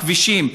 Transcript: בכבישים,